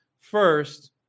first